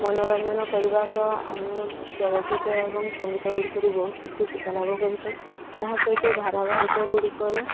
ମନୋରଞ୍ଜନ କରିବା ସହ ଆମେ ଚଳଚ୍ଚିତ୍ର ଏବଂ ସଙ୍ଗୀତଗୁଡ଼ିକରୁ ବହୁତ କିଛି ଶିକ୍ଷା ଲାଭ କରିଥାଉ ଏହା ସହିତ ଧାରାବାହିକ ଗୁଡ଼ିକରେ